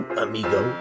amigo